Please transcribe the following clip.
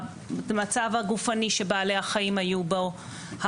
המצב הגופני שבעלי החיים היו בו,